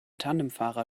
tandemfahrer